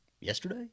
yesterday